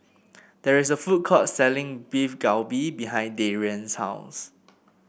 there is a food court selling Beef Galbi behind Darian's house